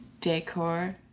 decor